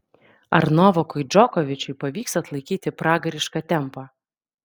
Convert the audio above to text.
ar novakui džokovičiui pavyks atlaikyti pragarišką tempą